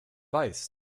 weiß